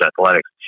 athletics